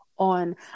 On